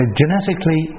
genetically